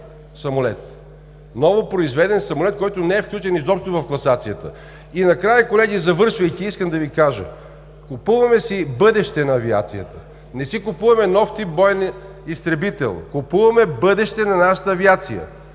новопроизведен самолет, който не е включен изобщо в класацията. Накрая, колеги, завършвайки, искам да Ви кажа: купуваме си бъдеще на авиацията, не си купуваме нов тип боен изтребител. Купуваме бъдеще на нашата авиация!